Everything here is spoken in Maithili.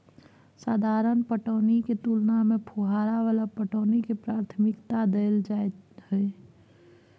साधारण पटौनी के तुलना में फुहारा वाला पटौनी के प्राथमिकता दैल जाय हय